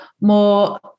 more